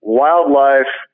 wildlife